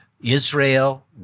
Israel